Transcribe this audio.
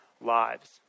lives